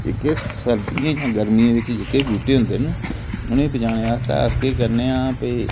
दिखदे सर्दियें जां गर्मियें बिच्च जेह्के बूहटे होंदे न उ'नेंगी बचाने आस्तै अस केह् करने आं भई